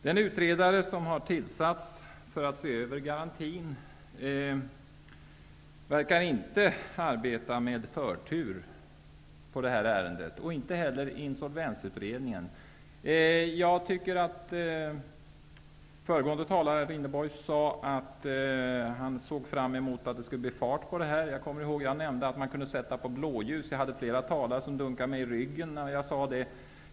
Den utredare som har tillsatts för att se över garantin verkar inte arbeta med detta ärende med förtur. Det gör inte heller Insolvensutredningen. Föregående talare, Stig Rindborg, sade att han såg fram emot att det skulle bli fart på det här området. Jag nämnde att man skulle kunna sätta på blåljuset. Flera talare dunkade mig i ryggen när jag hade sagt det.